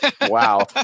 Wow